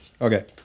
okay